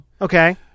Okay